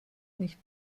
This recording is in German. nicht